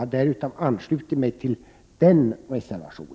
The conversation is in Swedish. Därför har jag anslutit mig till reservation